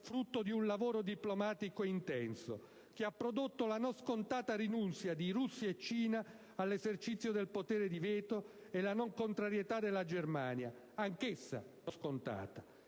frutto di un lavoro diplomatico intenso, che ha prodotto la non scontata rinuncia di Russia e Cina all'esercizio del potere di veto e la non contrarietà della Germania, anch'essa non scontata.